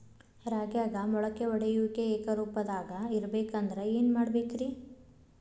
ರಾಗ್ಯಾಗ ಮೊಳಕೆ ಒಡೆಯುವಿಕೆ ಏಕರೂಪದಾಗ ಇರಬೇಕ ಅಂದ್ರ ಏನು ಮಾಡಬೇಕ್ರಿ?